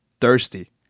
thirsty